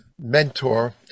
mentor